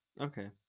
Okay